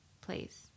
please